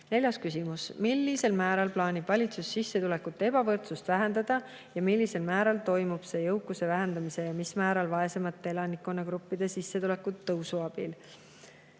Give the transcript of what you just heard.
Neljas küsimus: "Millisel määral plaanib valitsus sissetulekute ebavõrdsust vähendada ja millisel määral toimub see jõukuse vähendamise ja mis määral vaesemate elanikkonnagruppide sissetulekute tõusu abil?"